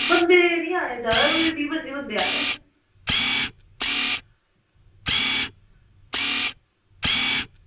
बंदे निं आने ज्यादा कोई बीह् पं'जी बंदे आने